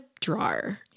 drawer